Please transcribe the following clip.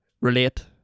relate